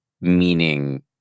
meaning